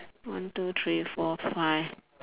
one two three four five